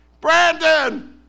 Brandon